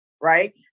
right